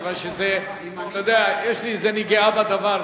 כיוון שזה, אתה יודע, יש לי איזו נגיעה בדבר.